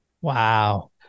Wow